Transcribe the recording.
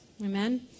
Amen